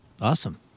Awesome